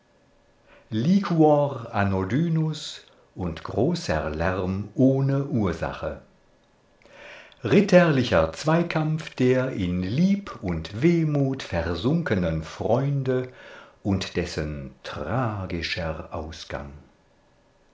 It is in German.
anodynus und großer lärm ohne ursache ritterlicher zweikampf der in lieb und wehmut versunkenen freunde und dessen tragischer ausgang